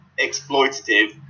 exploitative